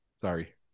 Sorry